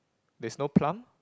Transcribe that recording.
there's no plum